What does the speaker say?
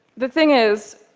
the thing is,